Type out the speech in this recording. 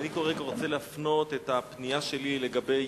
כרגע אני רוצה להפנות את הפנייה שלי לגבי